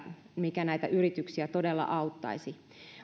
mikä näitä yrityksiä todella auttaisi